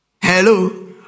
Hello